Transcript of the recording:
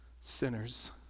sinners